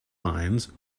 lions